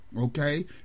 okay